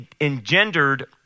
engendered